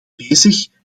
bezig